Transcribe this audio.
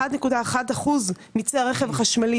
1.1% מצי הרכב החשמלי